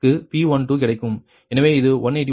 எனவே இது 181